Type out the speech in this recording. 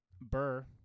Burr